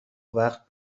وقت